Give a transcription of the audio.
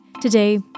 Today